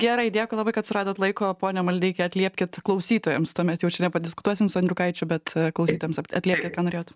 gerai dėkui labai kad suradot laiko pone maldeiki atliepkit klausytojams tuomet jau čia nepadiskutuosim su andriukaičiu bet klausytojams at atliepkit ką norėjot